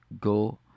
go